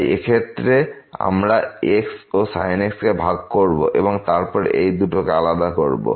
তাই এই ক্ষেত্রে আমরা x ও sin x কে ভাগ করব এবং তারপর এই দুটো কে আলাদা করব